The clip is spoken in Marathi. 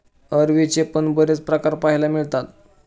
अरवीचे पण बरेच प्रकार पाहायला मिळतात